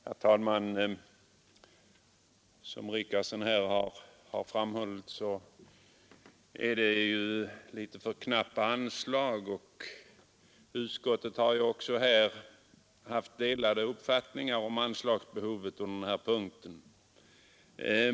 Herr talman! Som herr Richardson framhöll är anslaget i detta fall litet för knappt, och inom utskottet har också uppfattningarna om anslagsbehovet på denna punkt varit delade.